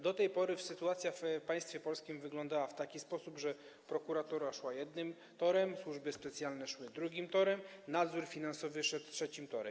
Do tej pory sytuacja w państwie polskim wyglądała w taki sposób, że prokuratura szła jednym torem, służby specjalne szły drugim torem, nadzór finansowy szedł trzecim torem.